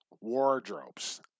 wardrobes